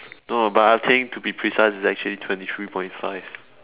no but I think to be precise is actually twenty three point five